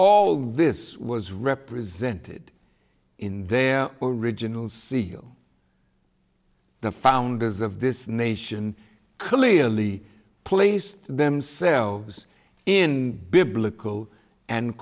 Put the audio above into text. all this was represented in their original c e o the founders of this nation clearly placed themselves in biblical and